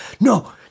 no